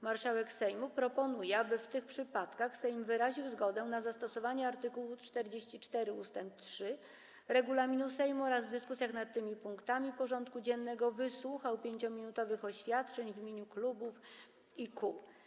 Marszałek Sejmu proponuje, aby w tych przypadkach Sejm wyraził zgodę na zastosowanie art. 44 ust. 3 regulaminu Sejmu oraz w dyskusjach nad tymi punktami porządku dziennego wysłuchał 5-minutowych oświadczeń w imieniu klubów i kół.